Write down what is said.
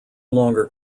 longer